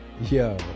Yo